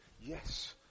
yes